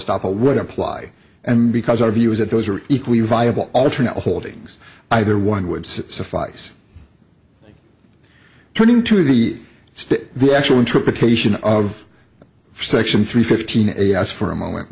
stop a would apply and because our view is that those are equally viable alternative holdings either one would suffice turning to the stick the actual interpretation of section three fifteen a as for a moment